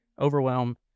overwhelm